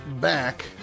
back